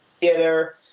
theater